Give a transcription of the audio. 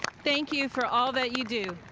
thank you for all that you do.